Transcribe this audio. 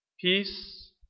peace